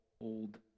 old